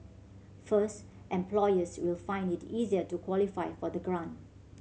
first employers will find it easier to qualify for the grant